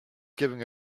giving